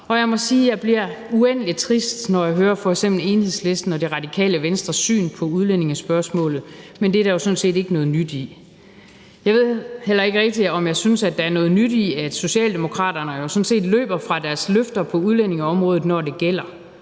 og jeg må sige, at jeg bliver uendelig trist, når jeg f.eks. hører Enhedslistens og Radikale Venstres syn på udlændingespørgsmålet, men det er der jo sådan set ikke noget nyt i. Jeg ved heller ikke rigtig, om jeg synes, at der er noget nyt i, at Socialdemokraterne sådan set løber fra deres løfter på udlændingeområdet, når det gælder,